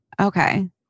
Okay